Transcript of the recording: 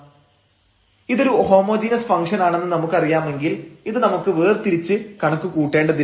x ∂z ∂xy ∂z∂y nz ഇതൊരു homogeneous ഫംഗ്ഷനാണെന്ന് നമുക്കറിയാമെങ്കിൽ ഇത് നമുക്ക് വേർതിരിച്ചു കണക്കു കൂട്ടേണ്ടതില്ല